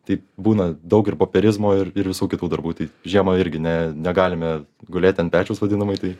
tai būna daug ir popierizmo ir ir visų kitų darbų tai žiemą irgi ne negalime gulėti ant pečiaus vadinamai tai